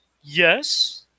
Yes